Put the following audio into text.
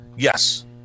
Yes